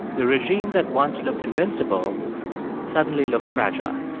the regime that once looked invincible suddenly looked fragile.